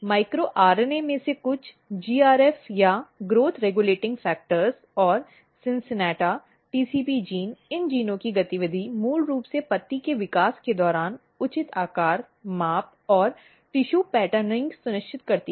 micro RNA में से कुछ GRF या ग्रोथ रेगुलेटिंग फैक्टर्स और CINCINNATA TCP जीन इन जीनों की गतिविधि मूल रूप से पत्ती के विकास के दौरान उचित आकार माप और ऊतक पैटर्निंग सुनिश्चित करती है